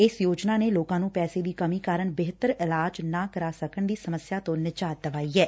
ਇਸ ਯੋਜਨਾ ਨੇ ਲੋਕਾ ਨੂੰ ਪੈਸੇ ਦੀ ਕਮੀ ਕਾਰਨ ਬਿਹਤਰ ਇਲਾਜ ਨਾ ਕਰਾ ਸਕਣ ਦੀ ਸਮੱਸਿਆ ਤੋਂ ਨਿਜਾਤ ਦਵਾਈ ਐ